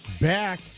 back